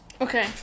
Okay